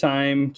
Time